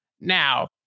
Now